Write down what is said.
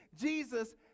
Jesus